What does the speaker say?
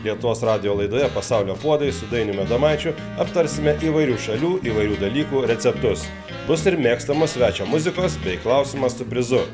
lietuvos radijo laidoje pasaulio puodai su dainiumi adomaičiu aptarsime įvairių šalių įvairių dalykų receptus bus ir mėgstamas svečio muzikos bei klausimas su prizu